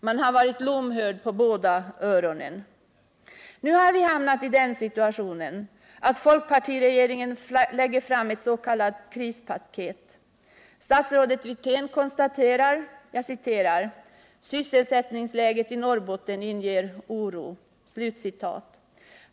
Man har varit lomhörd på båda öronen. Nu har vi hamnat i den situationen att folkpartiregeringen lägger fram ett s.k. krispaket. Statsrådet Wirtén konstaterar att ”sysselsättningsläget i Norrbotten inger oro”.